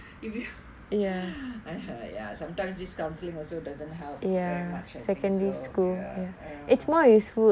if you ya ya sometimes this counseling also doesn't help very much I think so ya ya